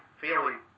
feeling